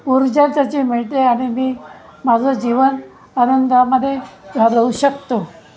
ऊर्जा त्याची मिळते आणि मी माझं जीवन आनंदामध्ये घालवू शकतो